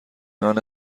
نان